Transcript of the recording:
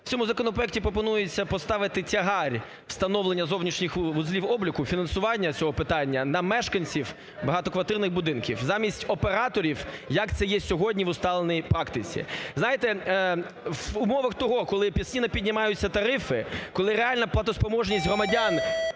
В цьому законопроекті пропонується поставити тягар встановлення зовнішніх вузлів обліку, фінансування цього питання на мешканців багатоквартирних будинків замість операторів, як це є сьогодні в усталеній практиці. Знаєте, в умовах того, коли сильно піднімаються тарифи, коли реальна платоспроможність громадян